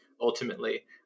ultimately